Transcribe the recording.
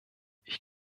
ich